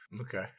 Okay